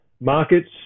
markets